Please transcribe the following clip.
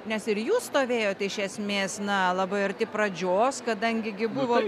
nes ir jūs stovėjot iš esmės na labai arti pradžios kadangi gi buvo